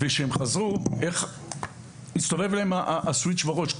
לאחר שהם חזרו הסתובב להם הסוויצ' בראש.